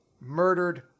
murdered